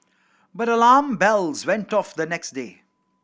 but alarm bells went off the next day